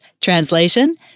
Translation